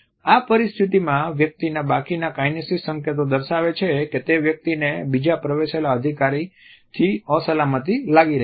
આ પરિસ્થિતિમાં વ્યક્તિના બાકીના કાઈનેસિક્સ સંકેતો દર્શાવે છે કે તે વ્યક્તિને બીજા પ્રવેશેલા અધિકારીથી અસલામતી લાગી રહી છે